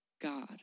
God